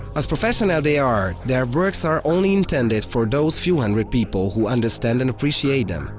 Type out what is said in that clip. as professional they are, their works are only intended for those few hundred people who understand and appreciate them.